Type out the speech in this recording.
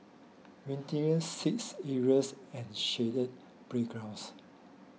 Windy seats areas and shaded playgrounds